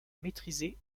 maîtrisé